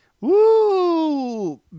Woo